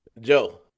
Joe